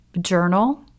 journal